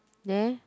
there